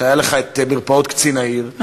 שהיו לך מרפאות קצין העיר,